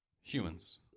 humans